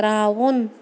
ترٛاوُن